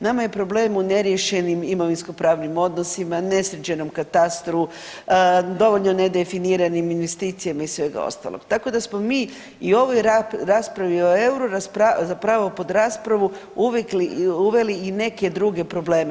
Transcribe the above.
Nama je problem u neriješenim imovinskopravnim odnosima, nesređenom katastru, dovoljno ne definiranim investicijama i svega ostalo, tako da smo mi i u ovoj raspravi o euru zapravo pod raspravu uveli i neke druge probleme.